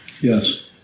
Yes